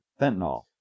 Fentanyl